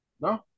No